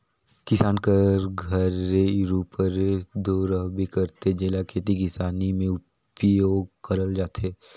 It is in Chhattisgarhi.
किसान कर घरे इरूपरे दो रहबे करथे, जेला खेती किसानी मे उपियोग करल जाथे